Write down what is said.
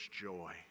joy